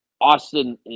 Austin